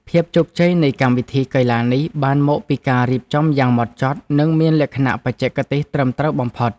ភាពជោគជ័យនៃកម្មវិធីកីឡានេះបានមកពីការរៀបចំយ៉ាងហ្មត់ចត់ និងមានលក្ខណៈបច្ចេកទេសត្រឹមត្រូវបំផុត។